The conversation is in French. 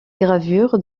gravures